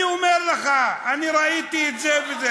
אני אומר לך, אני ראיתי את זה.